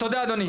תודה אדוני.